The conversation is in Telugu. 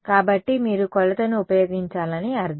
కాబట్టి మీరు కొలతను ఉపయోగించాలని అర్థం